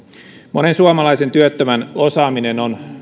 monen suomalaisen työttömän osaaminen on